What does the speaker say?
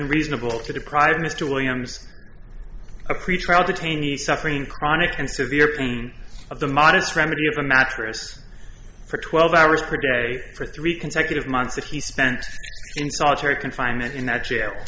and reasonable to deprive mr williams a pretrial detainees suffering chronic and severe pain of the modest remedy of a mattress for twelve hours per day for three consecutive months that he spent in solitary confinement in that jail